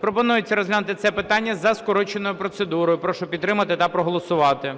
Пропонується розглянути це питання за скороченою процедурою. Прошу підтримати та проголосувати.